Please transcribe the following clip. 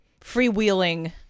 freewheeling